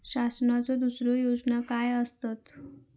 शासनाचो दुसरे योजना काय आसतत?